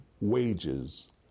wages